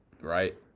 Right